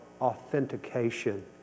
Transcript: authentication